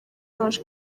ange